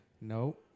No